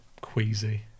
queasy